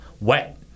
wet